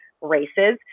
races